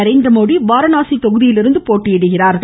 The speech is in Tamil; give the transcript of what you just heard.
நரேந்திரமோடி வாரணாசி தொகுதியில் போட்டியிடுகிறார்